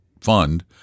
fund